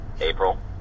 April